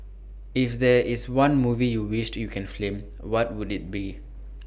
if there is one movie you wished you can film what would IT be